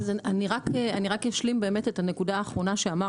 אני רק אשלים את הנקודה האחרונה שאמר